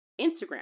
instagram